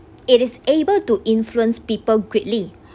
it is able to influence people greatly